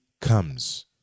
comes